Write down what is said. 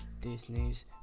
Disney's